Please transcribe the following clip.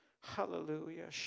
Hallelujah